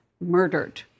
murdered